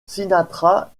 sinatra